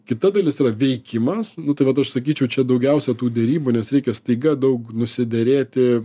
kita dalis yra veikimas nu tai vat aš sakyčiau čia daugiausia tų derybų nes reikia staiga daug nusiderėti